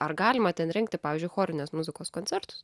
ar galima ten rengti pavyzdžiui chorinės muzikos koncertus